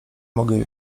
mogę